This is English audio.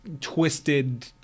twisted